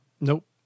Nope